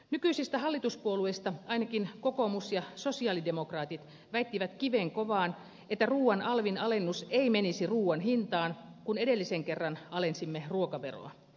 nykyisistä hallituspuolueista ainakin kokoomus ja sosialidemokraatit väittivät kivenkovaan että ruuan alvin alennus ei menisi ruuan hintaan kun edellisen kerran alensimme ruokaveroa